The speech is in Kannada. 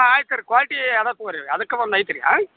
ಆಯ್ತು ಸರ್ ಕ್ವಾಲ್ಟಿ ಅದಕುವ ರೀ ಅದಕ್ಕೆ ಒಂದು ಐತ್ರಿ ಹಾಂ